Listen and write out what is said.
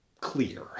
clear